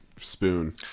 Spoon